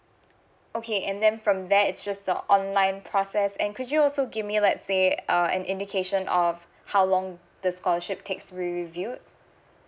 okay and then from there it's just the online process and could you also give me like say an indication of how long the scholarship takes to be reviewed